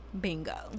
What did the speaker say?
bingo